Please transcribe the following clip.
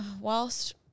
whilst